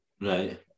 Right